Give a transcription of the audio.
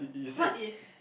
what if